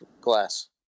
glass